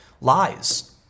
lies